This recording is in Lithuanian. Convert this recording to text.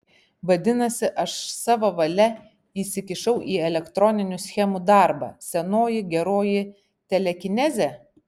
vadinasi aš savo valia įsikišau į elektroninių schemų darbą senoji geroji telekinezė